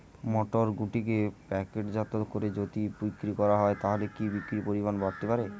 মটরশুটিকে প্যাকেটজাত করে যদি বিক্রি করা হয় তাহলে কি বিক্রি পরিমাণ বাড়তে পারে?